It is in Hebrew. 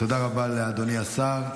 תודה רבה לאדוני השר.